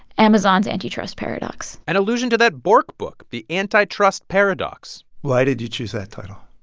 amazon's antitrust paradox. an allusion to that bork book, the antitrust paradox. why did you choose that title?